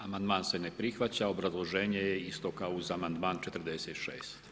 Amandman se ne prihvaća, obrazloženje je isto kao uz amandman 46.